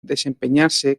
desempeñarse